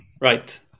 Right